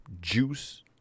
Juice